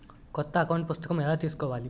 కొత్త అకౌంట్ పుస్తకము ఎలా తీసుకోవాలి?